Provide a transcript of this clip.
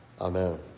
Amen